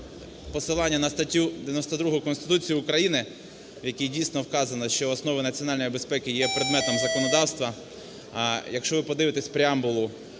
на статтю 92 Конституції України, в якій дійсно вказано, що основа національної безпеки є предметом законодавства, якщо ви подивитесь Преамбулу